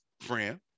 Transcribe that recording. friend